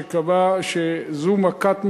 שקבע שזו מכת מדינה,